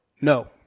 no